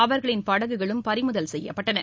அவர்களின் படகுகளும் பறிமுதல் செய்யப்பட்டன